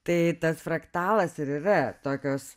tai tas fraktalas ir yra tokios